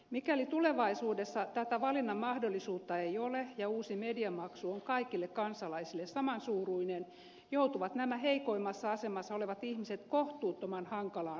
mikäli tulevaisuudessa tätä valinnan mahdollisuutta ei ole ja uusi mediamaksu on kaikille kansalaisille saman suuruinen joutuvat nämä heikoimmassa asemassa olevat ihmiset kohtuuttoman hankalaan asemaan